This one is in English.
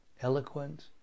eloquent